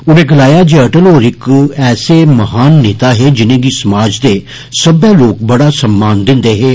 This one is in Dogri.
उनें गलाया जे अटल होर इक ऐसे महान नेता हे जिनेंगी समाज दे सब्मै लोक बड़ा सम्मान दिन्दे हे